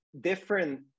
different